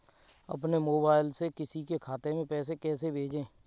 अपने मोबाइल से किसी के खाते में पैसे कैसे भेजें?